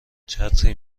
چتری